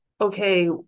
okay